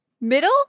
middle